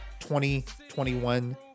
2021